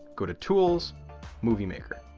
go to tools movie maker.